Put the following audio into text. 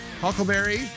Huckleberry